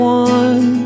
one